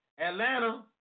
Atlanta